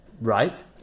Right